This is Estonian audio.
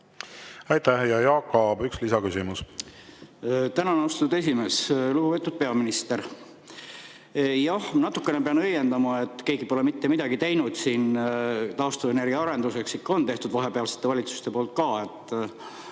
Aitäh! Jaak Aab, üks lisaküsimus.